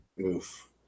Oof